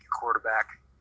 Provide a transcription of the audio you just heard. quarterback